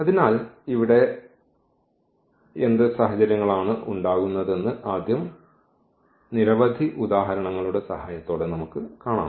അതിനാൽ ഇവിടെ എന്ത് സാഹചര്യങ്ങൾ ആണ് ഉണ്ടാകുന്നതെന്ന് ആദ്യം നിരവധി ഉദാഹരണങ്ങളുടെ സഹായത്തോടെ നമുക്ക് കാണാം